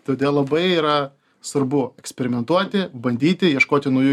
todėl labai yra svarbu eksperimentuoti bandyti ieškoti naujų